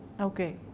Okay